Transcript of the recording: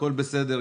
הכול בסדר.